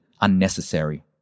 unnecessary